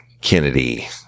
Kennedy